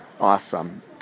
awesome